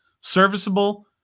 serviceable